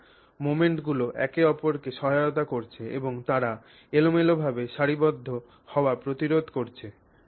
সুতরাং মোমেন্টগুলি একে অপরকে সহায়তা করছে এবং তারা এলোমেলো ভাবে সারিবদ্ধ হওয়া প্রতিরোধ করছে